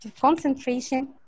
concentration